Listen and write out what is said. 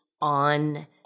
on